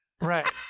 Right